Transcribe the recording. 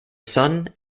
sun